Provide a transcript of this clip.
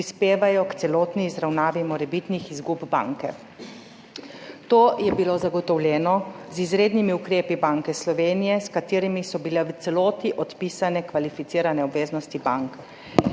prispevajo k celotni izravnavi morebitnih izgub banke. To je bilo zagotovljeno z izrednimi ukrepi Banke Slovenije, s katerimi so bile v celoti odpisane kvalificirane obveznosti bank.